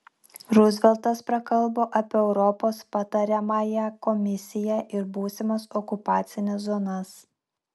ruzveltas prakalbo apie europos patariamąją komisiją ir būsimas okupacines zonas